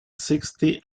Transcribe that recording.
sixty